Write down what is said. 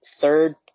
Third